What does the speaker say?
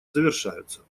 завершаются